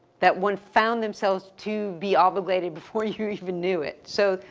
that one found themselves to be obligated before you even knew it. so,